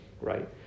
right